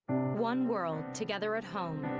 one world together at home.